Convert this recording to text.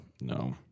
No